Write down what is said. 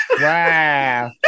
wow